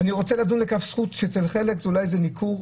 אני רוצה לדון לכף זכות שאצל חלק זה אולי ניכור,